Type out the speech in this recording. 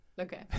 Okay